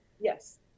Yes